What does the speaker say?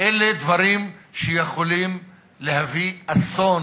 אלה דברים שיכולים להביא אסון.